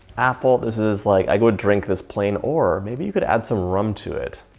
apple, this is like i go drink this plane or maybe you could add some rum to it.